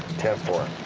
ten four.